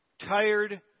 tired